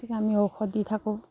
গতিকে আমি ঔষধ দি থাকোঁ